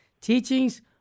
teachings